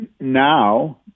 now